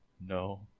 No